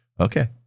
Okay